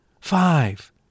Five